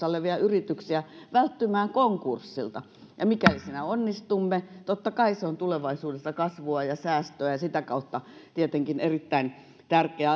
olevia yrityksiä välttymään konkurssilta ja mikäli siinä onnistumme totta kai se on tulevaisuudessa kasvua ja säästöä ja sitä kautta tietenkin erittäin tärkeä